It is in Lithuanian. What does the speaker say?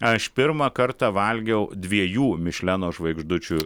aš pirmą kartą valgiau dviejų mišleno žvaigždučių